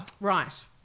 Right